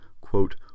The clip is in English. quote